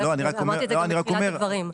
אמרתי את זה בתחילת הדברים.